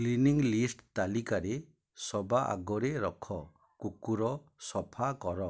cleaning list ତାଲିକାରେ ସବା ଆଗରେ ରଖ କୁକୁର ସଫା କର